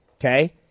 Okay